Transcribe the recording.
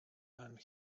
and